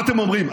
מה אתם אומרים?